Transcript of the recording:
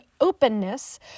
openness